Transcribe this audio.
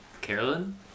Carolyn